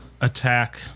attack